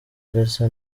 uretse